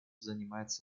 занимается